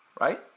right